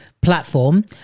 platform